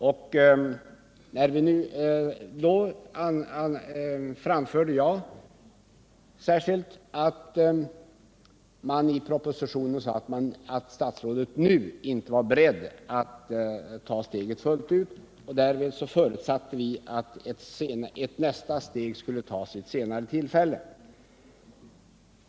Jag framhöll då vad statsrådet sagt i propositionen, nämligen att han inte nu var beredd att ta steget fullt ut. Därmed förutsatte vi att ett nästa steg skulle tas vid ett senare tillfälle.